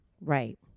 Right